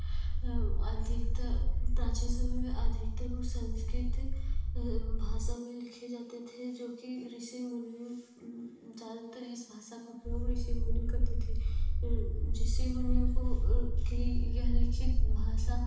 अधिकतर प्राचीन समय में अधिकतर वो संस्कृत भाषा में लिखे जाते थे जो कि ऋषि मुनि ज़्यादातर इस भषा का प्रयोग ऋषि मुनि करते थे ऋषि मुनियों को कि यह लिखित भाषा